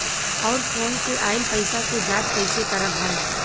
और फोन से आईल पैसा के जांच कैसे करब हम?